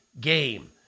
game